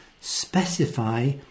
specify